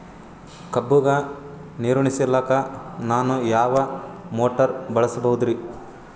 ಕಬ್ಬುಗ ನೀರುಣಿಸಲಕ ನಾನು ಯಾವ ಮೋಟಾರ್ ಬಳಸಬಹುದರಿ?